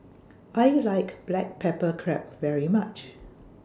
I like Black Pepper Crab very much